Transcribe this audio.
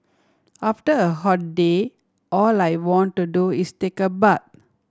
after a hot day all I want to do is take a bath